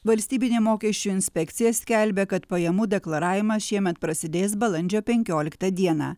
valstybinė mokesčių inspekcija skelbia kad pajamų deklaravimas šiemet prasidės balandžio penkioliktą dieną